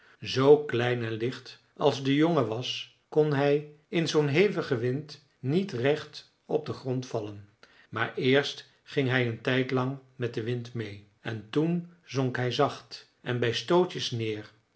zoo klein en licht als de jongen was kon hij in zoo'n hevigen wind niet recht op den grond vallen maar eerst ging hij een tijdlang met den wind mee en toen zonk hij zacht en bij stootjes neer